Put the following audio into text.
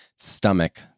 stomach